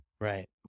Right